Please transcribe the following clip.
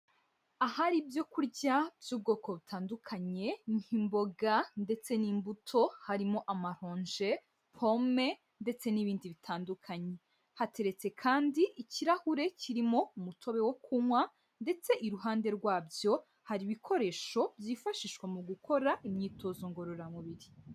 Ahari ibyo kurya by'ubwoko butandukanye nk'imboga ndetse n'imbuto, harimo amaronje, pome ndetse n'ibindi bitandukanye, hateretse kandi ikirahure kirimo umutobe wo kunywa ndetse iruhande rwabyo hari ibikoresho byifashishwa mu gukora imyitozo ngororamubiri.